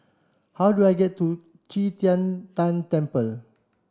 how do I get to Qi Tian Tan Temple